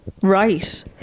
Right